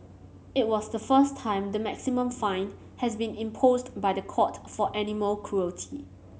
it was the first time the maximum fine has been imposed by the court for animal cruelty